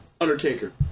Undertaker